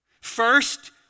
First